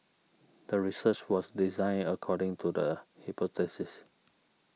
the research was designed according to the hypothesis